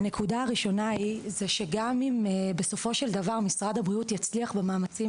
הנקודה הראשונה היא זה שגם אם בסופו של דבר משרד הבריאות יצליח במאמצים